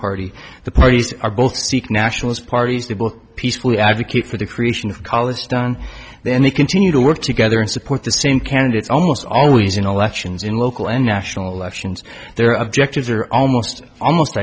party the parties are both seek nationalist parties to book peacefully advocate for the creation of college done then they continue to work together and support the same candidates almost always in elections in local and national elections their objectives are almost almost